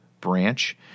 branch